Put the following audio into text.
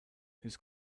his